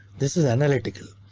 this is analytical.